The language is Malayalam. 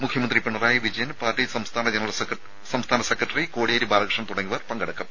മുഖ്യമന്ത്രി പിണറായി വിജയൻ പാർട്ടി സംസ്ഥാന സെക്രട്ടറി കോടിയേരി ബാലകൃഷ്ണൻ തുടങ്ങിയവർ പങ്കെടുക്കും